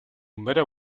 matter